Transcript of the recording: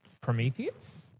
Prometheus